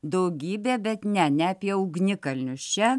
daugybė bet ne ne apie ugnikalnius čia